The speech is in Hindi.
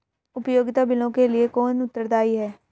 उपयोगिता बिलों के लिए कौन उत्तरदायी है?